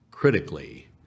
Critically